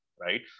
right